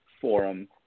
forum